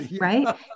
right